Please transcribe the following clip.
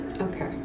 Okay